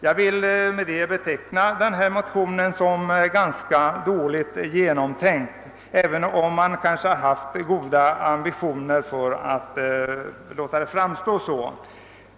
Jag vill beteckna förevarande motionspar som ganska illa genomtänkt, även om man kanske haft goda ambitioner vid dess utformning.